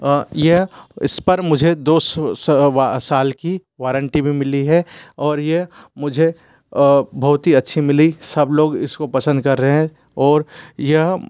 यह इस पर मुझे दो साल की वारंटी भी मिली है और यह मुझे बहुत ही अच्छी मिली सब लोग इसको पसंद कर रहे हैं और यह